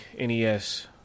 NES